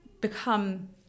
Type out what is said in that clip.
become